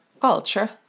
culture